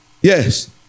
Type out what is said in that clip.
Yes